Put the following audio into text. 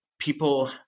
people